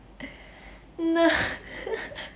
no